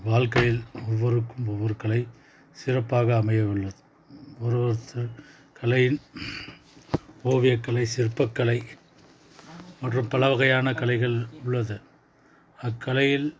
வாழ்க்கையில் ஒவ்வொருக்கும் ஒவ்வொரு கலை சிறப்பாக அமைய உள்ளது ஒரு ஒருத்தர் கலையில் ஓவியக்கலை சிற்பக்கலை மற்றும் பல வகையான கலைகள் உள்ளது அக்கலையில்